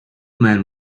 man